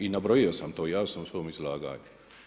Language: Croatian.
I nabrojio sam jasno u svom izlaganju.